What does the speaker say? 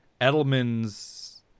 Edelman's